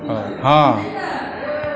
हँ